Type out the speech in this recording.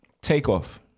Takeoff